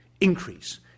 increase